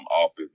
office